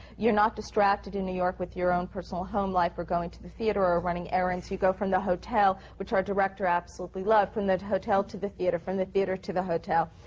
you're not distracted in new york with your own personal home life or going to the theatre or running errands. you go from the hotel, hotel, which our director absolutely loved, from the hotel to the theatre, from the theatre to the hotel.